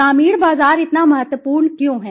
ग्रामीण बाजार इतना महत्वपूर्ण क्यों है